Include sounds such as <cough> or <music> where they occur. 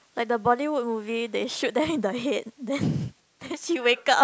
like the Bollywood movie they shoot them in the head then <laughs> then she wake up